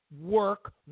work